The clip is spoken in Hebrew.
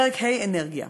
פרק ה' אנרגיה.